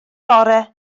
fore